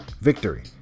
victory